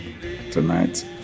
tonight